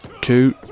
two